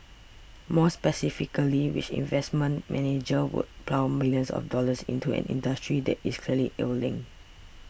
more specifically which investment manager would plough millions of dollars into an industry that is clearly ailing